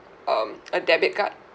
um a debit card